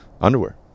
Underwear